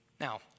Now